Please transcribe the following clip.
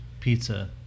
Pizza